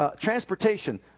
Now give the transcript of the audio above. Transportation